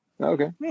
okay